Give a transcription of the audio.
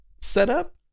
setup